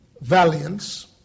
valiance